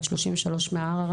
בת 33 מערערה,